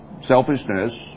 selfishness